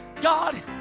God